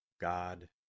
God